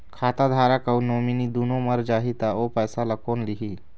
खाता धारक अऊ नोमिनि दुनों मर जाही ता ओ पैसा ला कोन लिही?